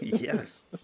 Yes